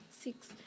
six